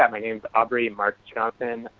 um and is aubrey marks johnson, and